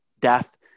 death